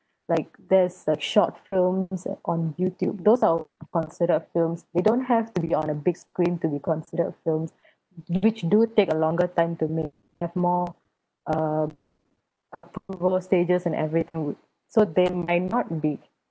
like there's uh short films on youtube those are considered films they don't have to be on a big screen to be considered a film which do take a longer time to make have more uh stages and every so they might not be